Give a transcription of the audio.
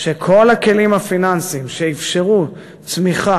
שכל הכלים הפיננסיים שאפשרו צמיחה,